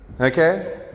Okay